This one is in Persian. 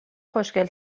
خوشگل